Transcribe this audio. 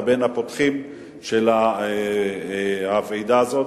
העובדה שהיית בין הפותחים של הוועידה הזאת,